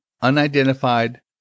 Unidentified